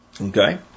Okay